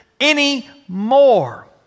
anymore